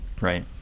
Right